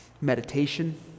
Meditation